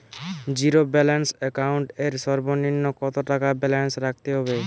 Zero balance account এর সর্বনিম্ন কত টাকা ব্যালেন্স রাখতে হবে?